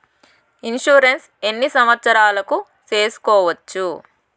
Insurance ఎన్ని సంవత్సరాలకు సేసుకోవచ్చు?